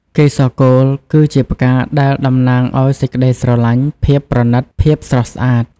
កេសរកូល គឺជាផ្កាដែលតំណាងអោយសេចក្ដីស្រលាញ់ ភាពប្រណិត ភាពស្រស់ស្អាត។